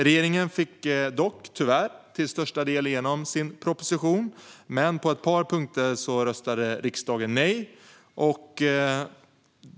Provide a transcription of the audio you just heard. Regeringen fick dock tyvärr till största delen igenom sin proposition, men på ett par punkter röstade riksdagen nej.